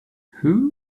who